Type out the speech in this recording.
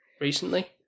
recently